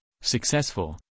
successful